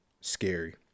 Scary